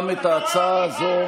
גם את ההצעה הזו,